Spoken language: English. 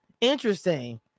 Interesting